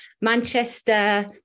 Manchester